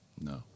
No